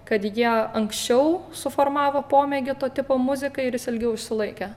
kad jie anksčiau suformavo pomėgį to tipo muzikai ir jis ilgiau išsilaikė